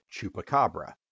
Chupacabra